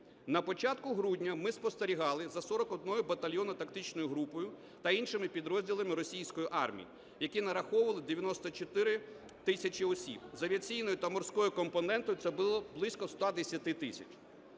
На початку грудня ми спостерігали за 41-ю батальйонною тактичною групою та іншими підрозділами російської армії, які нараховували 94 тисячі осіб, з авіаційною та морською компонентою це було близько 110 тисяч.